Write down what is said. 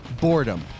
boredom